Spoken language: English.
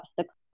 six